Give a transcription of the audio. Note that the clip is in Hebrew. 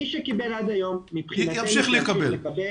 מי שקיבל עד היום מבחינתנו ימשיך לקבל,